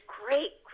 great